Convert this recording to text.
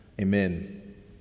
Amen